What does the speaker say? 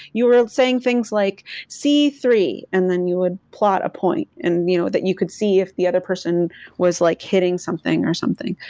you are saying things like, c three, and then you would plot a point and you know that you could see if the other person was like hitting something or something.